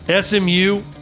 SMU